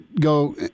go